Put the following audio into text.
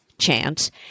chance